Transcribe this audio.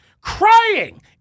crying